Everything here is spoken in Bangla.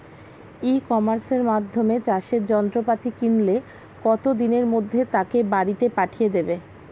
ই কমার্সের মাধ্যমে চাষের যন্ত্রপাতি কিনলে কত দিনের মধ্যে তাকে বাড়ীতে পাঠিয়ে দেবে?